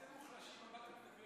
איזה מוחלשים?